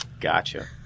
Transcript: Gotcha